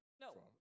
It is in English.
No